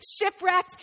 shipwrecked